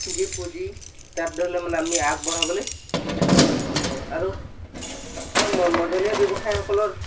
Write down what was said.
যি পুঁজি তাত ধৰি লওক মানে আমি আগবঢ়াবলৈ সক্ষম হওঁ আৰু ম মজলীয়া ব্যৱসায়সকলৰ